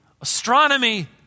astronomy